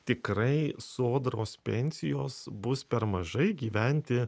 tikrai sodros pensijos bus per mažai gyventi